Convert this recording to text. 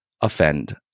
offend